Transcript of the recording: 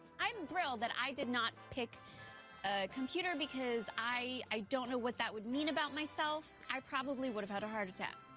i'm thrilled that i did not pick a computer, combination i i don't know what that would mean about myself. i probably would have had a heart attack.